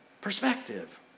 perspective